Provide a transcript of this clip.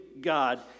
God